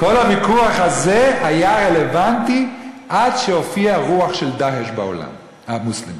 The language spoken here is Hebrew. כל הוויכוח הזה היה רלוונטי עד שהופיעה רוח של "דאעש" בעולם המוסלמי.